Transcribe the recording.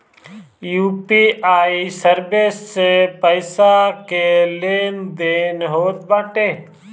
UPI service से पईसा के लेन देन होत बाटे